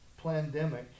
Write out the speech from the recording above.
Plandemic